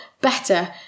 better